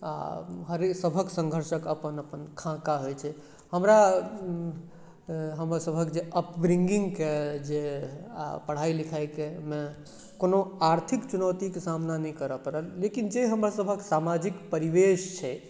आओर हरेक सभके सङ्घर्षक अपन अपन खाका होइ छै हमरा हमर सभक जे अपब्रिंगिंगके जे आओर पढ़ाइ लिखाइके मे कुनो आर्थिक चुनौतीके सामना नहि करै पड़ल लेकिन जे हमर सभके समाजिक परिवेश छै